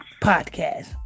podcast